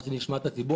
אז נשמע את הציבור.